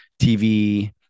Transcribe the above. TV